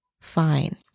fine